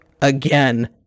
again